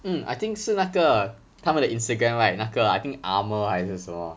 mm I think 是那个他们的 instagram right 那个 I think armour 还是什么